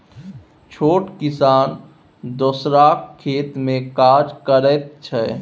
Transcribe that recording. छोट किसान दोसरक खेत मे काज करैत छै